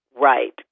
right